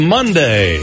Monday